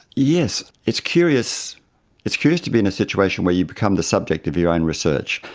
yes, it's curious it's curious to be in a situation where you become the subject of your own research.